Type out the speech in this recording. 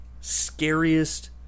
scariest